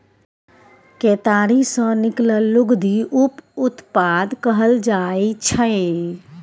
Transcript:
केतारी सँ निकलल लुगदी उप उत्पाद कहल जाइ छै